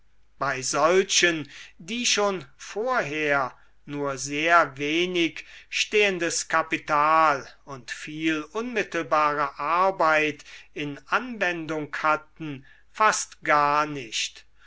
bei solchen die schon vorher nur sehr wenig stehendes kapital und viel unmittelbare arbeit in anwendung hatten fast gar nicht